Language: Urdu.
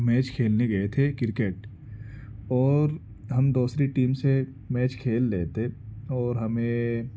میچ کھیلنے گئے تھے کرکٹ اور ہم دوسری ٹیم سے میچ کھیل رہے تھے اور ہمیں